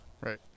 Right